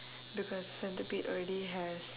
because centipede already has